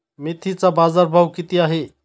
मेथीचा बाजारभाव किती आहे?